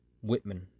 Whitman